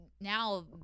now